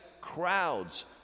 crowds